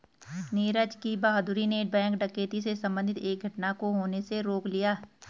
नीरज की बहादूरी ने बैंक डकैती से संबंधित एक घटना को होने से रोक लिया